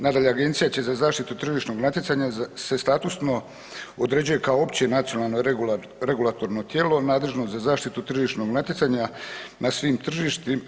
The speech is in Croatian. Nadalje, Agencija za zaštitu tržišnog natjecanja se statusno određuje kao opće nacionalno regulatorno tijelo nadležno za zaštitu tržišnog natjecanja na svim tržištima.